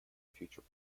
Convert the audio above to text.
future